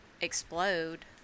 explode